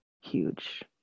huge